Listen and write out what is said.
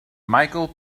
michael